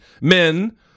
men